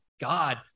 God